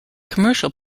commercial